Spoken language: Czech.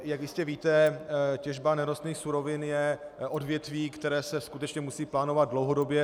Jak jistě víte, těžba nerostných surovin je odvětví, které se skutečně musí plánovat dlouhodobě.